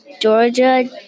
Georgia